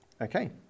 Okay